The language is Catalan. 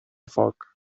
foc